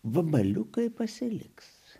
vabaliukai pasiliks